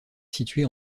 située